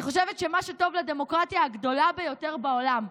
אני חושבת שמה שטוב לדמוקרטיה הגדולה ביותר בעולם,